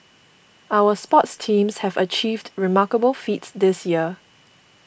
our sports teams have achieved remarkable feats this year